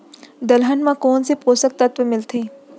दलहन म कोन से पोसक तत्व मिलथे?